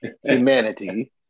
humanity